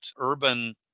urban